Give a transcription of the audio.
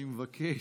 אני מבקש.